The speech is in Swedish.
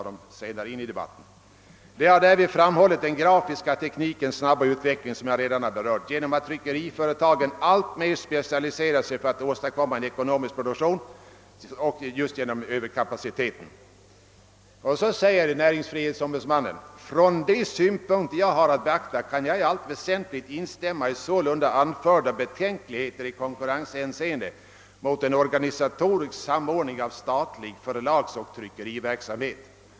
— »De har därvid framhållit den grafiska teknikens snabba utveckling genom att tryckeriföretagen alltmer specialiserar sig för att åstadkomma en ekonomisk produktion samt genom att överkapacitet finns i branschen.» »Från de synpunkter jag har att be akta kan jag i allt väsentligt instämma i sålunda anförda betänkligheter i konkurrenshänseende mot en organisatorisk samordning av statlig förlagsoch tryckeriverksamhet.